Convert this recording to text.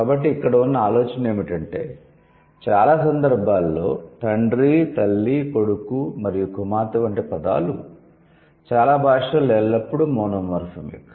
కాబట్టి ఇక్కడ ఉన్న ఆలోచన ఏమిటంటే చాలా సందర్భాలలో తండ్రి తల్లి కొడుకు మరియు కుమార్తె వంటి పదాలు చాలా భాషలలో ఎల్లప్పుడూ మోనోమోర్ఫెమిక్